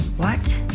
what?